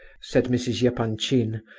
said mrs. yeah epanchin,